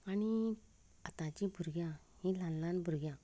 आनी आतांच्या भुरग्यांक ही ल्हान ल्हान भुरग्यांक